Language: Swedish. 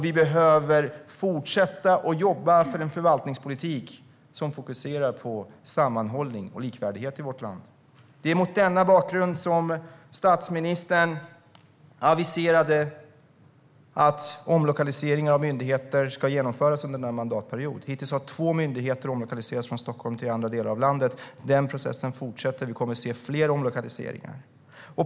Vi behöver fortsätta att jobba för en förvaltningspolitik som fokuserar på sammanhållning och likvärdighet i vårt land. Det är mot denna bakgrund som statsministern har aviserat att omlokalisering av myndigheter ska genomföras under den här mandatperioden. Hittills har två myndigheter omlokaliserats från Stockholm till andra delar av landet. Den processen fortsätter. Vi kommer att se fler omlokaliseringar.